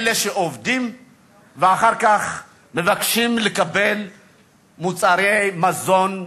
אלה שעובדים ואחר כך מבקשים לקבל מוצרי מזון מעמותות.